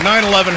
9-11